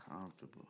Comfortable